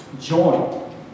join